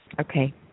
Okay